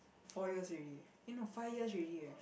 fours years already eh no five years already eh